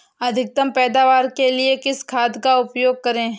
अधिकतम पैदावार के लिए किस खाद का उपयोग करें?